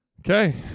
Okay